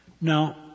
Now